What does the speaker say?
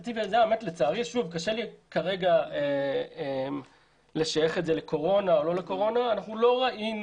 קשה לי כרגע לשייך את זה לקורונה או לא אבל לא ראינו